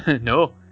No